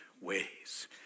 ways